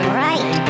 right